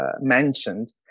mentioned